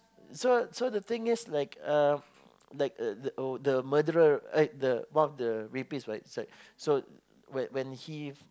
so so the thing is like um like uh the murderer eh like the one of the rapists right beside so when he